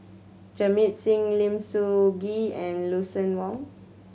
Jamit Singh Lim Soo Ngee and Lucien Wang